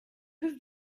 have